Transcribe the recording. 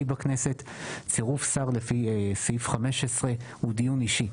בכנסת צירוף שר לפי סעיף 15 הוא דיון אישי.